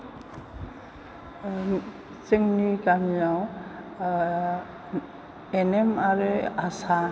जोंनि गामियाव N M आरो आसा